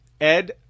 Ed